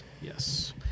Yes